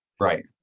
right